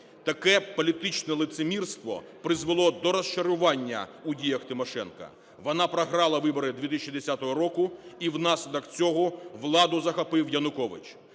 Таке політичне лицемірство призвело до розчарування у діях Тимошенко, вона програла вибори 2010 року, і внаслідок цього владу захопив Янукович.